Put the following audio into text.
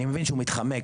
אני מבין שהוא מתחמק,